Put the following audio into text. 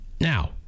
Now